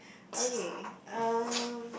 okay um